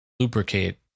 lubricate